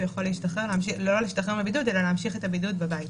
הוא יכול להמשיך את הבידוד בבית.